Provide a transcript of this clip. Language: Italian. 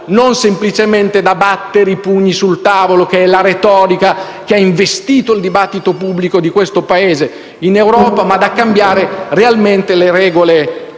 semplicemente i pugni sul tavolo - che è la retorica che ha investito il dibattito pubblico di questo Paese in Europa - ma di cambiare realmente le regole del gioco.